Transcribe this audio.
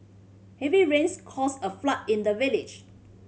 heavy rains caused a flood in the village